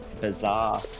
bizarre